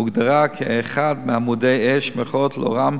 והוגדרה כאחד מ"עמודי האש" שלאורם